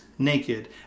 naked